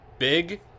Big